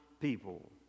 people